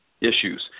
issues